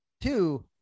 two